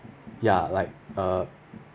ya like err